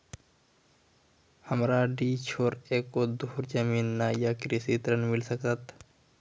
हमरा डीह छोर एको धुर जमीन न या कृषि ऋण मिल सकत?